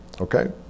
Okay